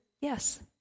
yes